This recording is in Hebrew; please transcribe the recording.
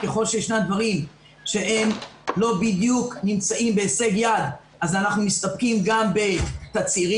ככל שיש דברים שלא בדיוק נמצאים בהישג יד אז אנחנו מסתפקים גם בתצהירים,